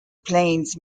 planes